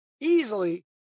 easily